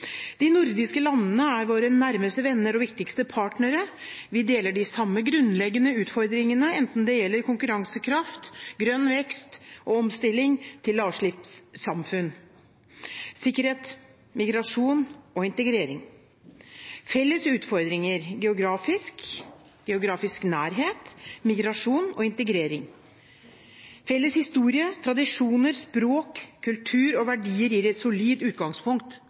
De nordiske landene er våre nærmeste venner og viktigste partnere. Vi deler de samme grunnleggende utfordringene, enten det gjelder konkurransekraft, grønn vekst og omstilling til lavutslippssamfunn eller sikkerhet, migrasjon og integrering. Felles utfordringer, geografisk nærhet, felles historie, tradisjoner, språk, kultur og verdier gir et solid utgangspunkt